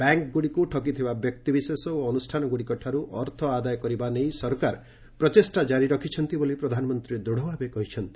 ବ୍ୟାଙ୍କଗୁଡ଼ିକୁ ଠକିଥିବା ବ୍ୟକ୍ତିବିଶେଷ ଓ ଅନୁଷ୍ଠାନଗୁଡ଼ିକଠାରୁ ଅର୍ଥ ଆଦାୟ କରିବା ନେଇ ସରକାର ପ୍ରଚେଷ୍ଟା ଜାରି ରଖିଛନ୍ତି ବୋଲି ପ୍ରଧାନମନ୍ତ୍ରୀ ଦୂଢ଼ଭାବେ କହିଛନ୍ତି